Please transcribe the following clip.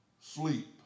sleep